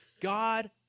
God